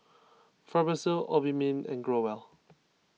Fibrosol Obimin and Growell